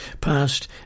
past